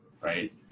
right